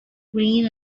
green